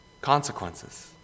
consequences